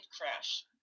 crash